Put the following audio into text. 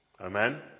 Amen